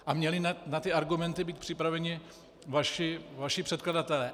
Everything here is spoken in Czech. A měli na ty argumenty být připraveni vaši předkladatelé.